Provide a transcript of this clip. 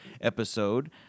episode